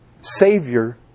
Savior